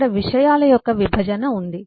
ఇక్కడ విషయాల యొక్క విభజన ఉంది